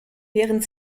während